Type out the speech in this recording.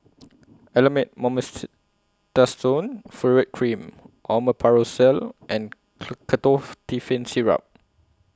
Elomet Furoate Cream Omeprazole and Syrup